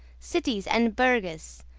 cities and burghes,